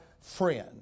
friend